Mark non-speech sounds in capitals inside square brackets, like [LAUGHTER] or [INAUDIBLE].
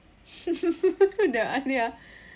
[LAUGHS]